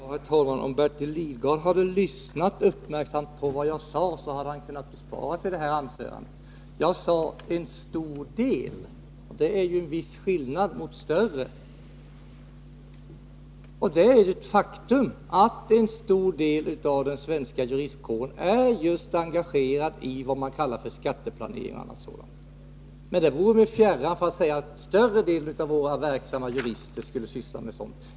Herr talman! Om Bertil Lidgard hade lyssnat uppmärksamt på vad jag sade, hade han kunnat bespara sig sitt anförande nyss. Vad jag talade om var ”en stor del” av juristkåren, inte ”en större del” — det är en viss skillnad. Faktum är att en stor del av den svenska juristkåren är engagerade i vad man kalla skatteplanering etc. Men det vare mig fjärran att vilja säga att större delen av våra verksamma jurister skulle syssla med sådant.